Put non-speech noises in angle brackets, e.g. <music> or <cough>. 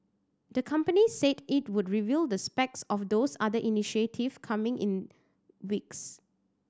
the company said it would reveal the <unintelligible> of those other initiative coming in weeks